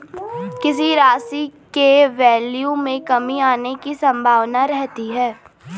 किसी राशि के वैल्यू में कमी आने की संभावना रहती है